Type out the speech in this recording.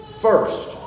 first